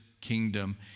kingdom